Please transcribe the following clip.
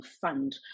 fund